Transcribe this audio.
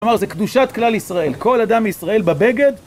כלומר, זה קדושת כלל ישראל. כל אדם ישראל בבגד,